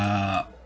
uh